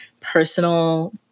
personal